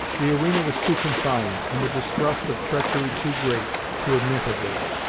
the arena was too confined, and the distrust of treachery too great, to admit of this.